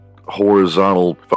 horizontal